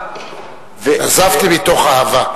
נזפתי מתוך אהבה.